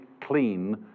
clean